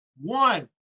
One